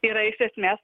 yra iš esmės